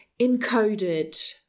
encoded